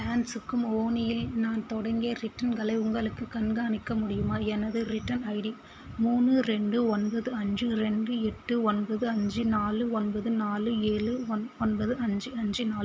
பேண்ட்ஸுக்கு ஊனி யில் நான் தொடங்கிய ரிட்டன்களை உங்களுக்கு கண்காணிக்க முடியுமா எனது ரிட்டர்ன் ஐடி மூணு ரெண்டு ஒன்பது அஞ்சு ரெண்டு எட்டு ஒன்பது அஞ்சு நாலு ஒன்பது நாலு ஏழு ஒன்பது அஞ்சு அஞ்சு நாலு